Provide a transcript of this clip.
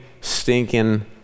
stinking